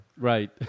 Right